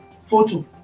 photo